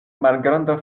malgranda